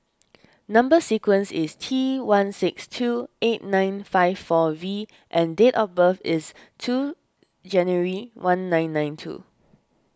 Number Sequence is T one six two eight nine five four V and date of birth is two January one nine nine two